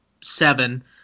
seven